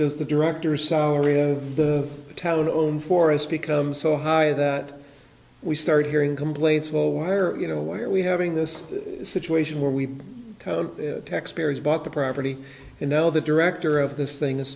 does the director salary of the town own forest become so high that we start hearing complaints well why are you know why are we having this situation where we taxpayers bought the property and now the director of this thing is